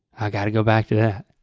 i gotta go back to that.